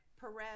Perez